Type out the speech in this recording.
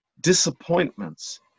disappointments